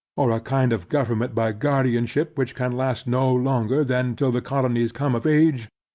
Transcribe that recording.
or a kind of government by guardianship, which can last no longer than till the colonies come of age,